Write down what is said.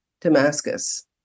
Damascus